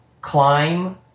climb